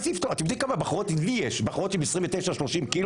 אתם יודעים כמה יש לי בחורות עם 29 30 ק"ג,